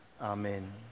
Amen